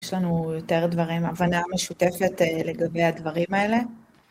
יש לנו יותר דברים, הבנה משותפת לגבי הדברים האלה.